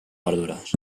verdures